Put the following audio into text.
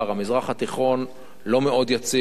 המזרח התיכון לא מאוד יציב,